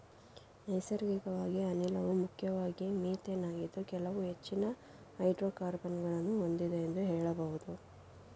ನೈಸರ್ಗಿಕ ಅನಿಲವು ಮುಖ್ಯವಾಗಿ ಮಿಥೇನ್ ಆಗಿದ್ದು ಕೆಲವು ಹೆಚ್ಚಿನ ಹೈಡ್ರೋಕಾರ್ಬನ್ ಗಳನ್ನು ಹೊಂದಿದೆ ಎಂದು ಹೇಳಬಹುದು